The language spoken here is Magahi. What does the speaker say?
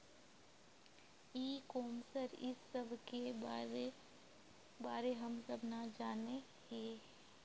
ई कॉमर्स इस सब के बारे हम सब ना जाने हीये?